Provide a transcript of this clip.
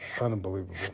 Unbelievable